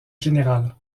général